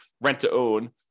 rent-to-own